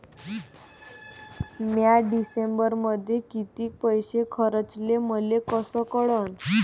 म्या डिसेंबरमध्ये कितीक पैसे खर्चले मले कस कळन?